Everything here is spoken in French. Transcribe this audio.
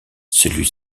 celui